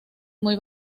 muy